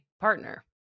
partner